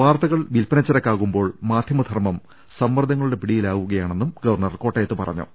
വാർത്തകൾ വിൽപ്പന ചരക്കാകുമ്പോൾ മാധ്യമ ധർമ്മം സമ്മർദ്ദങ്ങളുടെ പിടിയിലാവുക യാണെന്നും ഗവർണർ കോട്ടയത്ത് പറഞ്ഞു